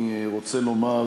אני רוצה לומר,